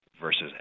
versus